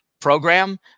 program